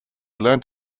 learned